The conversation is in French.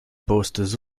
postes